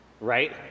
Right